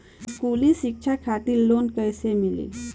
स्कूली शिक्षा खातिर लोन कैसे मिली?